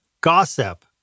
gossip